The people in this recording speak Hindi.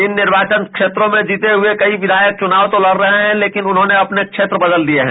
इन निर्वाचन क्षेत्रों में जीते हुए कई विधायक चुनाव तो लड रहे हैं लेकिन उन्होने अपने क्षेत्र बदल लिये हैं